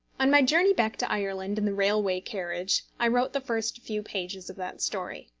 on my journey back to ireland, in the railway carriage, i wrote the first few pages of that story.